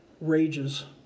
rages